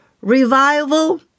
revival